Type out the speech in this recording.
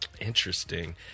Interesting